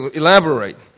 elaborate